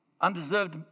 undeserved